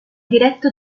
diretto